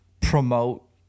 promote